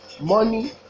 Money